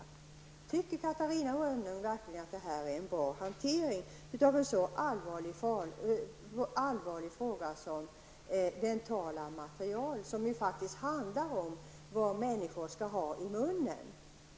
Jag frågar än en gång om Catarina Rönnung tycker att det är en bra hantering av en så allvarlig fråga som frågan om dentala material? Det handlar faktiskt om vad människor skall ha i munnen.